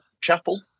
Chapel